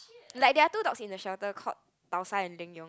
like there are two dogs in the shelter called tau sa and ling yong